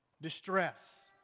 distress